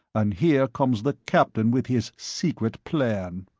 and here comes the captain with his secret plan.